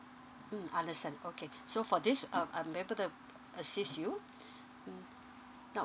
mm understand okay so for this um um we're able to assist you mm now